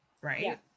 Right